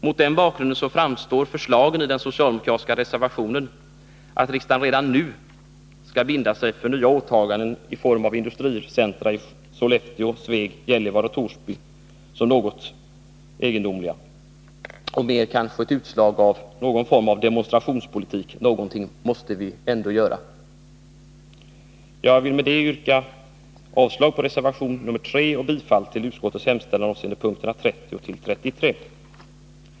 Mot den bakgrunden framstår förslagen i den socialdemokratiska reservationen, att riksdagen redan nu skall binda sig för nya åtaganden i form av industricentra i Sollefteå, Sveg, Gällivare och Torsby som något egendomliga och kanske mer som ett utslag av någon form av demonstrationspolitik: någonting måste vi ändå göra. Jag vill med detta yrka avslag på reservationen 3 och bifall till utskottets hemställan avseende punkterna 30-33.